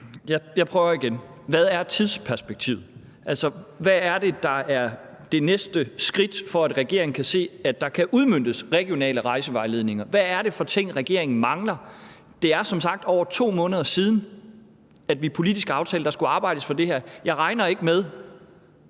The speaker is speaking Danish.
Jeg prøver igen: Hvad er tidsperspektivet? Altså, hvad er det, der er det næste skridt, for at regeringen kan se, at der kan udmøntes regionale rejsevejledninger? Hvad er det for ting, regeringen mangler? Det er som sagt over 2 måneder siden, at vi politisk aftalte, at der skulle arbejdes for det her, og jeg regner ikke med,